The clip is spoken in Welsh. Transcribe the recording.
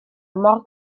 mor